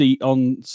on